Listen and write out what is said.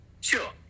Sure